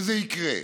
שזה יקרה.